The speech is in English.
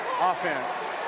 Offense